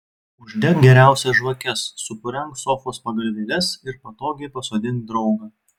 uždek geriausias žvakes supurenk sofos pagalvėles ir patogiai pasodink draugą